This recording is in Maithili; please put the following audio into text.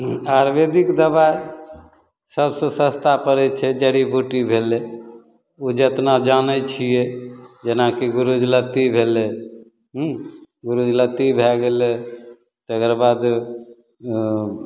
आयुर्वेदिक दवाइ सबसे सस्ता पड़ै छै जड़ी बूटी भेलै ओ जतना जानै छिए जेनाकि गुरिचलत्ती भेलै हुँ गुरिचलत्ती भै गेलै तकर बाद अँ